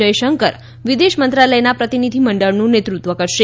જયશંકર વિદેશ મંત્રાલયના પ્રતિનિધિ મંડળનું નેતૃત્વ કરશે